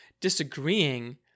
Disagreeing